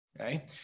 okay